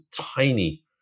tiny